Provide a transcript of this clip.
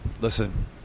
Listen